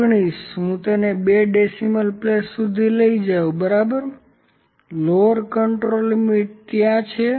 219 હું તેને બે ડેસિમલ પ્લેસ પર લઈ જઉ બરાબર લોવર કન્ટ્રોલ લિમિટ ત્યાં છે